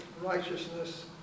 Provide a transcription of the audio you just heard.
righteousness